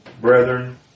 brethren